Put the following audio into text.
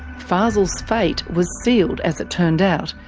fazel's fate was sealed, as it turned out,